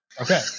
Okay